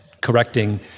Correcting